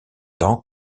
tant